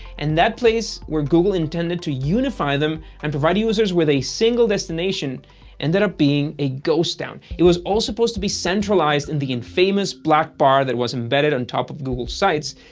and that place where google intended to unify them and provide users with a single destination and ended up being a ghost town. it was all supposed to be centralized in the infamous black bar that was embedded on top of google's sites,